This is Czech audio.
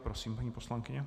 Prosím, paní poslankyně.